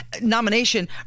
nomination